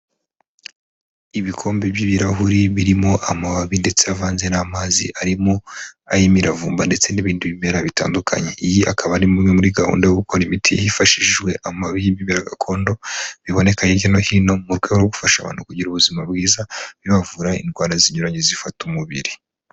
Ibikombe by'ibirahuri birimo amababi ndetse avanze n'amazi arimo ay'imiravumba ndetse n'ibindi bimera bitandukanye, iyi akaba ari imwe muri gahunda yo gukora imiti hifashishijwe amababi y'ibimera gakondo biboneka hirya no hino, mu rwego rwo gufasha abantu kugira ubuzima bwiza bibavura indwara zinyuranye zifata umubiri.